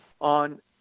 on